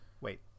Wait